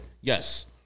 Yes